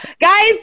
Guys